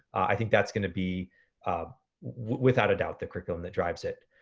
i think that's gonna be um without a doubt the curriculum that drives it.